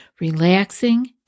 relaxing